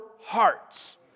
hearts